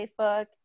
Facebook